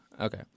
Okay